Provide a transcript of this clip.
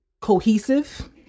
cohesive